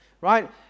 right